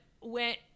went